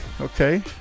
Okay